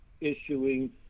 issuing